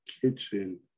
kitchen